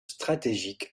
stratégique